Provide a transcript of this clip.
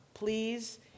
Please